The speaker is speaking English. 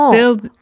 Build